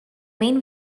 main